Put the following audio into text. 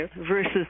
versus